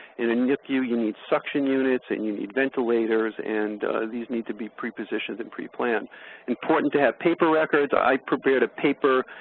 in a nicu, you need suction units and you need ventilators and these need to be prepositioned and preplanned. it's important to have paper records, i prepared a paper